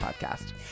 podcast